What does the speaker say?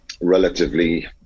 relatively